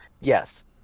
Yes